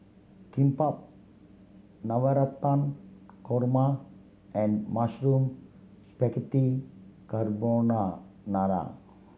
Kimbap Navratan Korma and Mushroom Spaghetti